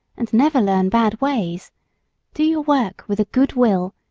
and never learn bad ways do your work with a good will,